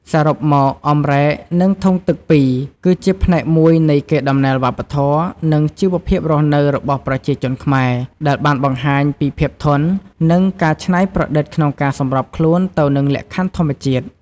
សរុបមក អម្រែក និងធុងទឹកពីរ គឺជាផ្នែកមួយនៃកេរដំណែលវប្បធម៌ និងជីវភាពរស់នៅរបស់ប្រជាជនខ្មែរ ដែលបានបង្ហាញពីភាពធន់ និងការច្នៃប្រឌិតក្នុងការសម្របខ្លួនទៅនឹងលក្ខខណ្ឌធម្មជាតិ។